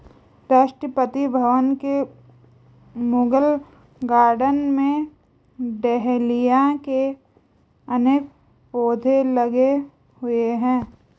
राष्ट्रपति भवन के मुगल गार्डन में डहेलिया के अनेक पौधे लगे हुए हैं